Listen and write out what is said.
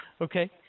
Okay